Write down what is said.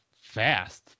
fast